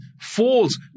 falls